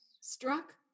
struck